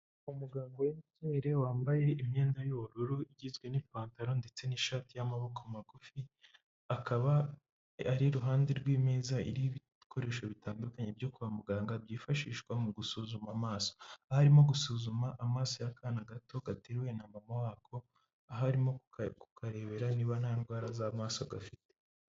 Umuganga w'inzobere, wambaye imyenda y'ubururu igizwe n'ipantaro ndetse n'ishati y'amaboko magufi, akaba ari iruhande rw'imeza, iriho ibikoresho bitandukanye byo kwa muganga, byifashishwa mu gusuzuma amaso, aho arimo gusuzuma amaso y'akana gato, gateruwe na mama wako, aho arimo kukarebera niba nta ndwara z'amaso gafite.